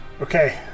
Okay